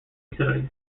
utilities